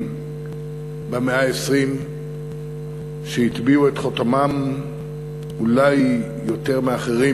במאה ה-20 שהטביעו את חותמם אולי יותר מאחרים